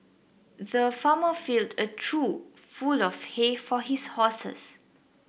the farmer filled a trough full of hay for his horses